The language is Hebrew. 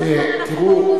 כל הזמן אנחנו באופוזיציה,